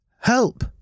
Help